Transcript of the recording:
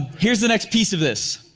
here's the next piece of this.